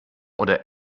oder